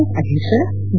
F ಅಧ್ಯಕ್ಷ G